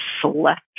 select